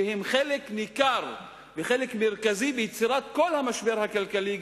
שהם חלק ניכר ומרכזי ביצירת כל המשבר הכלכלי,